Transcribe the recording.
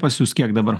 pas jus kiek dabar